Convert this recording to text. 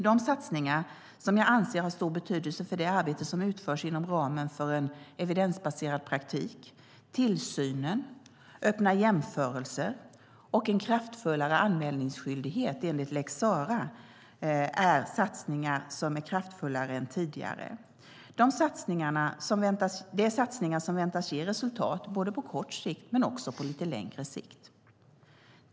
De satsningar jag anser har stor betydelse för det arbete som utförs inom ramen för en evidensbaserad praktik är tillsynen, öppna jämförelser och en kraftfullare anmälningsskyldighet enligt lex Sarah. Det är satsningar som är kraftfullare än tidigare och som väntas ge resultat inte bara på kort utan också på lite längre sikt.